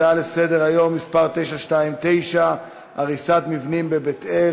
הצעה לסדר-היום בנושא: הריסת מבנים בבית-אל,